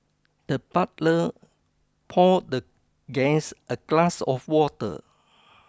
the butler poured the guest a glass of water